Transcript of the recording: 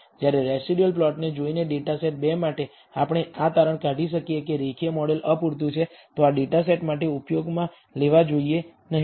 જ્યારે રેસિડયુઅલ પ્લોટને જોઈને ડેટા સેટ 2 માટે આપણે આ તારણ કાઢી શકીએ કે રેખીય મોડેલ અપૂરતું છે તો આ ડેટા સેટ માટે ઉપયોગમાં લેવા જોઈએ નહીં